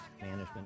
management